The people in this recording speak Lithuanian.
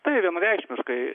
tai vienareikšmiškai